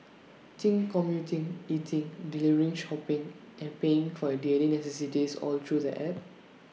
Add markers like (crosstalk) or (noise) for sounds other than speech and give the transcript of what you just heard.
think commuting eating delivering (unintelligible) hopping and paying for your daily necessities all through the app